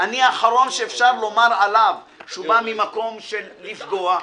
אני האחרון שאפשר לומר עליו שהוא בא ממקום של לפגוע.